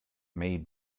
may